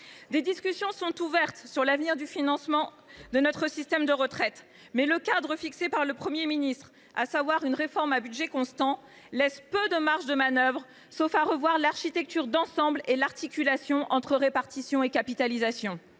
Des discussions sont ouvertes sur l’avenir du financement de notre système de retraite. Le cadre ouvert par le Premier ministre, à savoir une réforme à budget constant, laisse peu de marges de manœuvre, sauf à revoir l’architecture d’ensemble et l’articulation entre répartition et capitalisation.